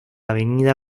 avenida